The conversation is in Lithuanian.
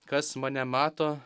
kas mane mato